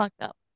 up